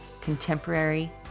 Contemporary